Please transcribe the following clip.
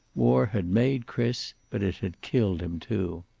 war had made chris, but it had killed him, too.